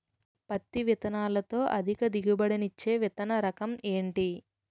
పత్తి విత్తనాలతో అధిక దిగుబడి నిచ్చే విత్తన రకం ఏంటి?